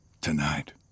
Tonight